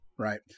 Right